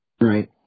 Right